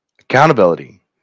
Accountability